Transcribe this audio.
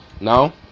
now